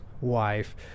wife